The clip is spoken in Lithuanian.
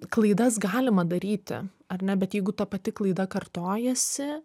klaidas galima daryti ar ne bet jeigu ta pati klaida kartojasi